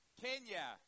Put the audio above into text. Kenya